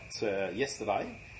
yesterday